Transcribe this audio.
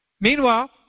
Meanwhile